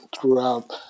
throughout